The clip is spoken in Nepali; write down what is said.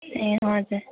ए हजुर